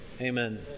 Amen